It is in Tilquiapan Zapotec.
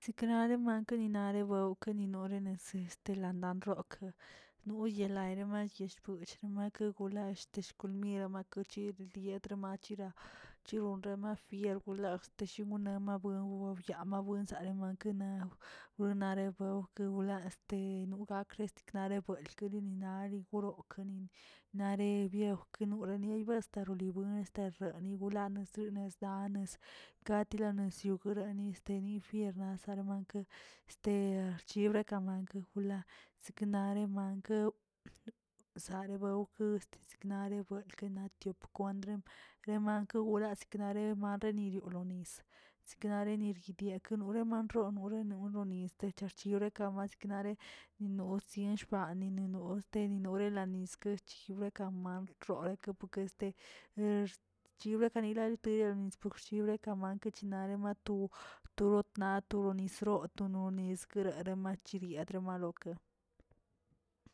Knara make ninare lawke ninoolə de sisten landan rok no yelayima no yesh pushr ke gol- lallꞌteg shumi lo ma kuchid lieꞌ roma chira chiron remafi regulall'tej teshu nema byen nemyaa manzare mankena wonare bewk gula este nogakr ziknare buelkeri ari kuro keni na le biejw kenol leyba sterirobuen sterani gulani lmesdanes, katilani zyogureé niste ninfierna sara mankə este archibr ka manke jul' siknare mankə znare bewki ziknare naꞌ tiop kwandre kremawra siknare relidio lo nis ziknare nirgidia lnoren manxonool noloni stecher yore knamak siknare nos sieshbani none ostero lanilanis erchoyowe man rooleke bukeste er chibra kanira lienbni gokzposhiblə kamanke chinarema to rotna to lo nis goto lo nis guerebkene chirietramaloke.